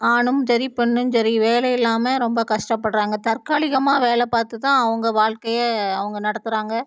ஆணும் சரி பெண்ணும் சரி வேலை இல்லாமல் ரொம்ப கஷ்டப்படுறாங்க தற்காலிகமாக வேலை பார்த்து தான் அவங்க வாழ்க்கைய அவங்க நடத்துகிறாங்க